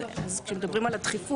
כשמדברים על הדחיפות.